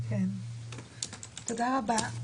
תודה רבה.